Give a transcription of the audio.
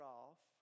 off